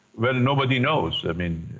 well, nobody knows. i mean,